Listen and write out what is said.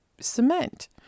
cement